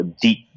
deep